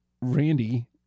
randy